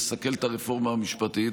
לסכל את הרפורמה המשפטית,